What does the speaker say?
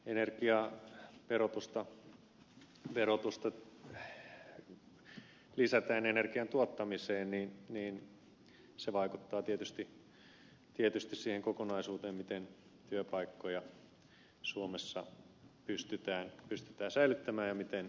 mikäli energiaverotusta lisätään energian tuottamiseen niin se vaikuttaa tietysti siihen kokonaisuuteen miten työpaikkoja suomessa pystytään säilyttämään ja ohjaamaan